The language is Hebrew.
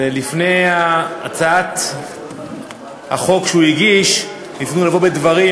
ולפני הצעת החוק שהוא הגיש ניסינו לבוא בדברים,